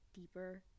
deeper